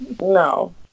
no